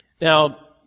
Now